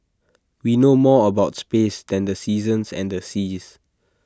we know more about space than the seasons and the seas